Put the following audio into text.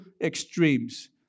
extremes